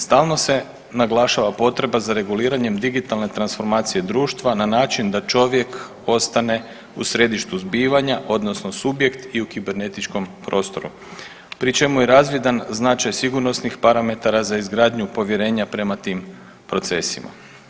Stalno se naglašava potreba za reguliranjem digitalne transformacije društva na način da čovjek postane u središtu zbivanja odnosno subjekt i u kibernetičkom prostoru pri čemu je razvidan značaj sigurnosnih parametara za izgradnju povjerenja prema tim procesima.